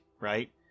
right